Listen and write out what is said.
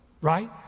Right